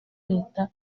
leta